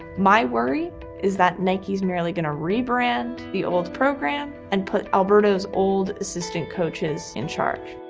my worry is that nike is merely going to rebrand the old program and put alberto's old assistant coaches in charge.